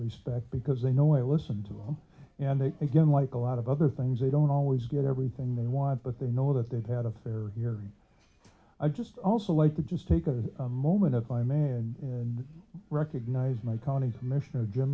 respect because they know i listen to them and they again like a lot of other things they don't always get everything they want but they know that they've had a fair hearing i just also like to just take a moment if i may and recognize my county commissioner